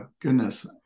goodness